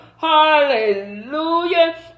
Hallelujah